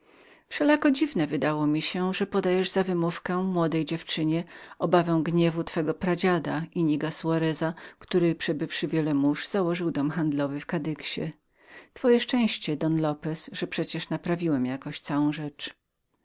że dziwnem wydało mi się z twojej strony pokładanie za wymówkę młodej dziewczynie obawę gniewu twego pradziada inniga soarez który przebywszy wiele mórz założył dom handlowy w kadyxie twoje szczęście don lopez że przecie naprawiłem jakoś całą rzecz